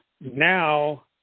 Now